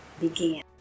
began